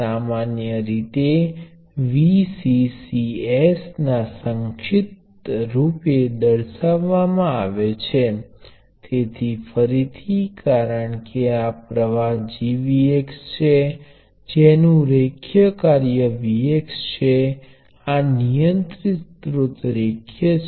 ફરીથી સંબંધ RmIx તમને કહે છે કે તે રેખીય છે